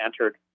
entered